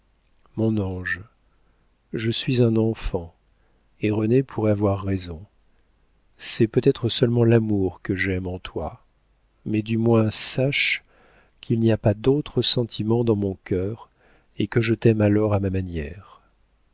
mon ange je suis un enfant et renée pourrait avoir raison c'est peut-être seulement l'amour que j'aime en toi mais du moins sache qu'il n'y a pas d'autre sentiment dans mon cœur et que je t'aime alors à ma manière